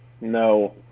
No